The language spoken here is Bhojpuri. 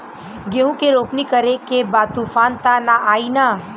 गेहूं के रोपनी करे के बा तूफान त ना आई न?